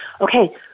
okay